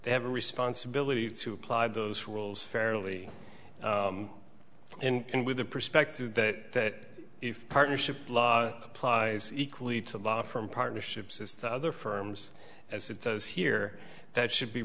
they have a responsibility to apply those rules fairly and with the perspective that if a partnership law applies equally to law from partnerships is the other firms as it does here that should be